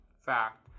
fact